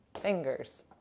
fingers